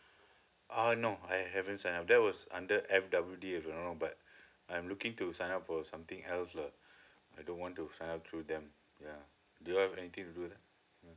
uh no I haven't sign up that was under F W D if you know but I'm looking to sign up for something else lah I don't want to sign up through them yeah do you have anything to do that uh